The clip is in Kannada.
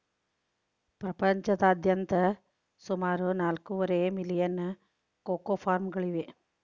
ಪ್ರಪಂಚದಾದ್ಯಂತ ಸುಮಾರು ನಾಲ್ಕೂವರೆ ಮಿಲಿಯನ್ ಕೋಕೋ ಫಾರ್ಮ್ಗಳಿವೆ